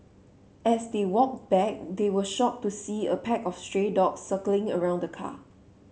as they walked back they were shocked to see a pack of stray dogs circling around the car